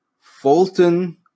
Fulton